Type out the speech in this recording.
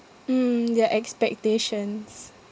mm their expectations